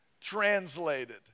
translated